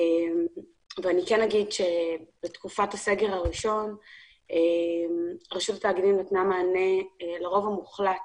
אני כן אומר שבתקופת הסגר הראשון רשות התאגידים נתנה מענה לרוב המוחלט